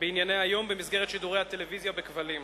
בענייני היום במסגרת שידורי הטלוויזיה בכבלים.